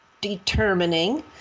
determining